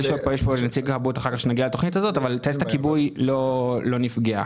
טייסת הכיבוי לא נפגעה.